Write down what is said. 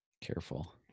careful